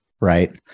Right